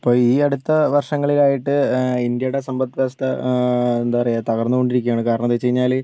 ഇപ്പോൾ ഈ അടുത്ത വർഷങ്ങളിലായിട്ട് ഇന്ത്യയുടെ സാമ്പത്യ വ്യവസ്ഥ എന്താ പറയാ തകർന്നുകൊണ്ടിരിക്കുകയാണ് കാരണമെന്ന് വെച്ചുകഴിഞ്ഞാൽ